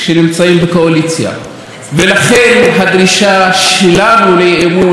ולכן הדרישה שלנו לאי-אמון,